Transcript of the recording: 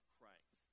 Christ